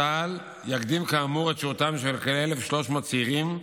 צה"ל יקדים, כאמור, את שירותם של כ-1,300 צעירים,